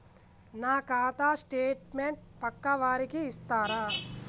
నా ఖాతా స్టేట్మెంట్ పక్కా వారికి ఇస్తరా?